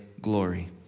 glory